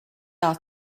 out